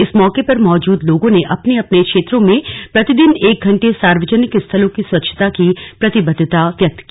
इस मौके पर मौजूद लोगों ने अपने अपने क्षेत्रों में प्रतिदिन एक घंटे सार्वजनिक स्थलों की स्वच्छता की प्रतिबद्धता व्यक्त की